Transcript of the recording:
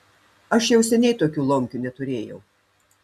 aš jau seniai tokių lomkių neturėjau